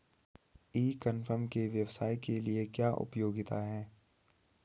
ई commerce के व्यवसाय के लिए क्या उपयोगिता है?